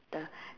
the